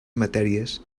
matèries